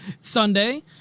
Sunday